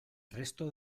resto